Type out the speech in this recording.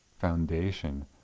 foundation